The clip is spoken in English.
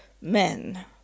men